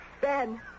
Ben